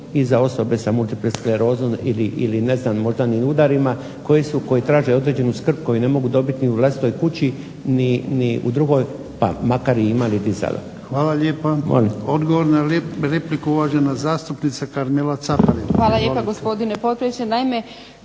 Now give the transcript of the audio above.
Hvala lijepa. Odgovor na repliku, uvažena zastupnica Karmela Caparin. Izvolite. **Caparin,